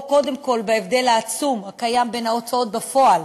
קודם כול בהבדל העצום הקיים בין ההוצאות בפועל